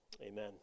Amen